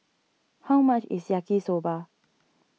how much is Yaki Soba